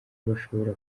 bashobora